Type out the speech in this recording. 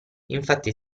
infatti